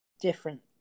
different